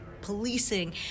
policing